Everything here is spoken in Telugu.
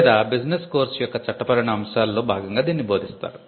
లేదా 'బిజినెస్ కోర్సు' యొక్క చట్టపరమైన అంశాలలో భాగంగా దీన్ని బోధిస్తారు